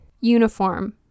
uniform